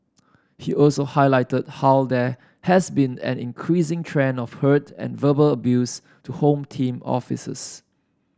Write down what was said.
he also highlighted how there has been an increasing trend of hurt and verbal abuse to Home Team officers